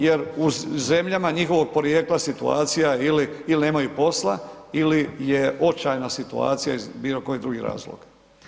Jer u zemljama njihovog porijekla situacija je, ili nemaju posla ili je očajna situacija iz bilo kojih drugih razloga.